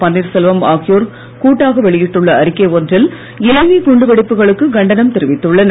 பன்னீர்செல்வம் முதலமைச்சர் கூட்டாக வெளியிட்டுள்ள அறிக்கை ஒன்றில் இலங்கை குண்டு வெடிப்புகளுக்கு கண்டனம் தெரிவித்துள்ளனர்